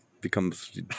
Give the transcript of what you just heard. becomes